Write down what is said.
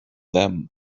them